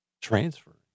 transfer